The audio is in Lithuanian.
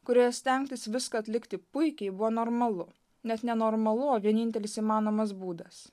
kurioje stengtis viską atlikti puikiai buvo normalu net nenormalu o vienintelis įmanomas būdas